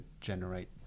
generate